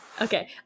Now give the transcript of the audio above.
Okay